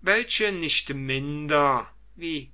welche nicht minder wie